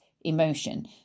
emotion